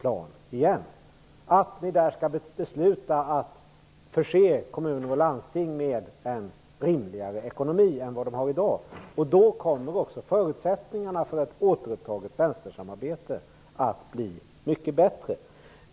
Jag hoppas att ni då skall besluta om att förse kommuner och landsting med en rimligare ekonomi än vad de har i dag. Då kommer också förutsättningarna för ett återupptaget vänstersamarbete att bli mycket bättre.